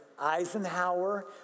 Eisenhower